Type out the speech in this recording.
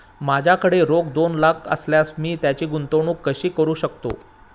माझ्याकडे रोख दोन लाख असल्यास मी त्याची गुंतवणूक कशी करू शकतो?